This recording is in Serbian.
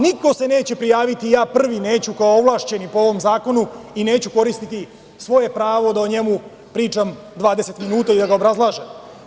Niko se neće prijaviti, ja prvi, neću kao ovlašćeni po ovom zakonu, i neću koristiti svoje pravo da o njemu pričam 20 minuta i obrazlažem.